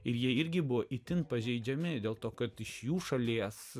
ir jie irgi buvo itin pažeidžiami dėl to kad iš jų šalies